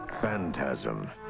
Phantasm